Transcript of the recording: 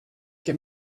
get